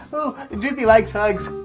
oooh, doopey likes hugs.